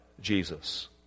Jesus